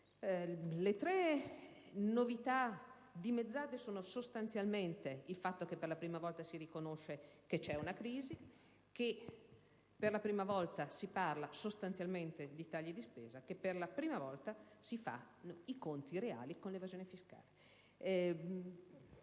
Le tre novità dimezzate consistono sostanzialmente nel fatto che per la prima volta si riconosce che c'è una crisi, per la prima volta si parla sostanzialmente di tagli di spesa, per la prima volta si fanno i conti reali con l'evasione fiscale.